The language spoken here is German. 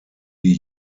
die